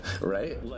right